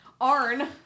Arn